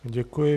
Děkuji.